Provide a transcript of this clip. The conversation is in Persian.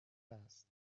است